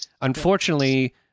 unfortunately